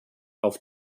auf